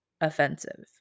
offensive